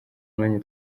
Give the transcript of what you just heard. umwanya